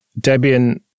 Debian